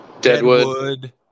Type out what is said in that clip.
Deadwood